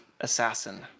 assassin